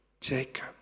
Jacob